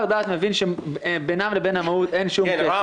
דעת מבין שבינם לבין המהות אין שום קשר.